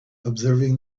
observing